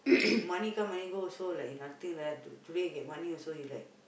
money come money go also like nothing like that to today he get money also he like